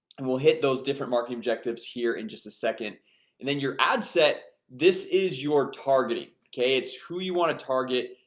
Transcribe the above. and will hit those different market objectives here in just a second and then your ad set. this is your targeting okay, it's who you want to target?